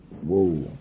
Whoa